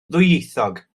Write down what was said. ddwyieithog